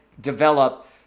develop